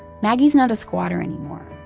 maggie's not a squatter anymore.